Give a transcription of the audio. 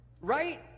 right